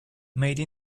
made